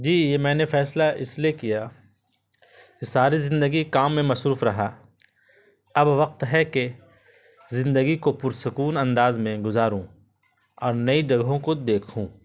جی یہ میں نے فیصلہ اس لیے کیا یہ ساری زندگی کام میں مصروف رہا اب وقت ہے کہ زندگی کو پرسکون انداز میں گزاروں اور نئی جگہوں کو دیکھوں